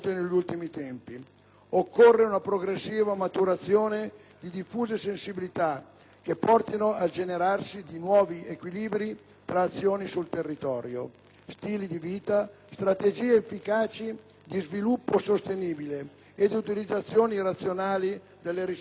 Occorre una progressiva maturazione di diffuse sensibilità che portino al generarsi di nuovi equilibri tra azioni sul territorio, stili di vita, strategie efficaci di sviluppo sostenibile ed utilizzazione razionale delle risorse naturali.